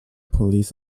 police